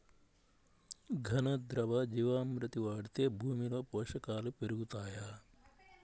ఘన, ద్రవ జీవా మృతి వాడితే భూమిలో పోషకాలు పెరుగుతాయా?